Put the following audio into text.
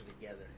together